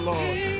Lord